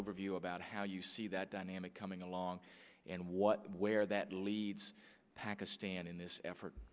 overview about how you see that dynamic coming along and what where that leads pakistan in this effort